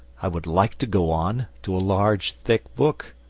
i would like to go on, to a large, thick book.